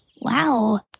Wow